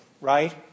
right